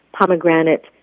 pomegranate